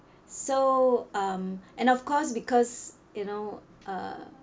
so um and of course because you know uh